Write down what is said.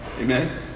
Amen